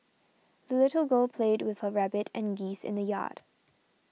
the little girl played with her rabbit and geese in the yard